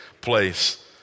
place